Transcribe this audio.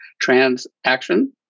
transaction